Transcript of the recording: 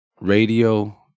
radio